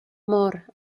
mor